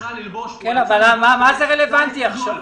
מה זה רלוונטי עכשיו?